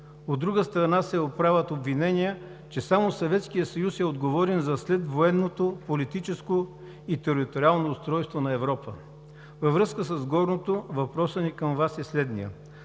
От друга страна се отправят обвинения, че само Съветският съюз е отговорен за следвоенното политическо и териториално устройство на Европа. Във връзка с горното въпросът ни към Вас е следният: